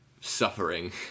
suffering